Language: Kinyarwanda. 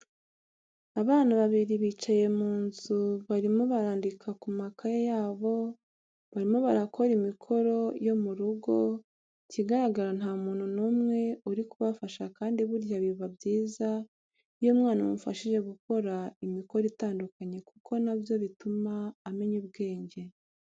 Abana babiri bicaye mu nzu barimo barandika ku makaye yabo barimo barakora imikoro yo mu rugo, ikigaraga nta muntu numwe uri kubafasha kandi burya biba byiza iyo umwana umufashije gukora imikoro itandukanye kuko nabyo bituma amenya ubwenge.